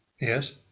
Yes